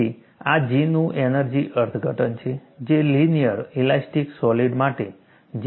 તેથી આ G નું એનર્જી અર્થઘટન છે જે લિનિયર ઇલાસ્ટિક સોલિડ માટે J જેવું જ છે